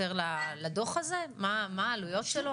לאלימות, לסף תסכול נמוך, להתפרצויות.